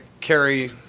carry